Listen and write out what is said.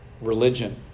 religion